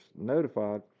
notified